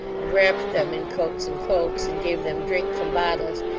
and wrapped them in coats and cloaks, and gave them drink from bottles,